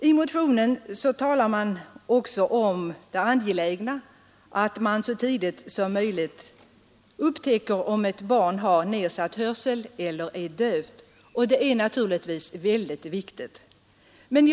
I motionen talar man också om det angelägna i att det så tidigt som möjligt upptäcks om ett barn har nedsatt hörsel eller är dövt, och det är naturligtvis väldigt viktigt.